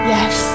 Yes